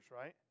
right